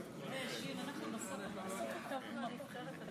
אני יודע שיש ביקוש למשרד שלך עכשיו.